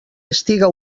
estiga